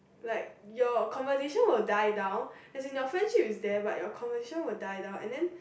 like your conversation will die down as in your friendship is there but your conversation will die down and then